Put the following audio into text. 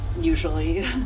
usually